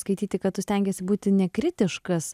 skaityti kad tu stengiesi būti nekritiškas